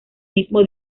mismo